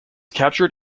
captured